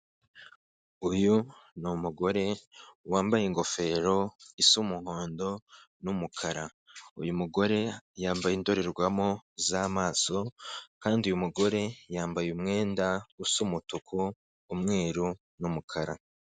Uyu ni umugore, wambaye ingofero isa umuhondo n'umukara. Uyu mugore yambaye indorerwamo z'amaso, kandi uyu mugore yambaye umwenda, usa umutuku, umweru, n'umukara.